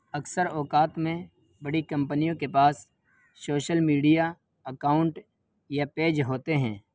اکثر اوقات میں بڑی کمپنیوں کے پاس شوشل میڈیا اکاؤنٹ یا پیج ہوتے ہیں